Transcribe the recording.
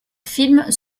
films